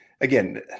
again